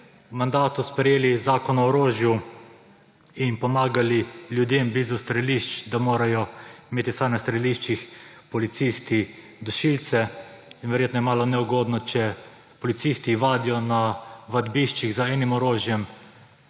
mandatu sprejeli Zakon o orožju in pomagali ljudem blizu strelišč, da morajo imeti vsaj na streliščih policisti dušilce. Verjetno je malo neugodno, če policisti vadijo na vadbiščih z enim orožjem,